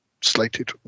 slated